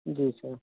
जी sir